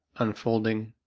unfolding,